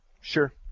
Sure